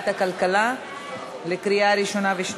והעברתה לוועדת הכלכלה להכנתה לקריאה ראשונה.